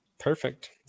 Perfect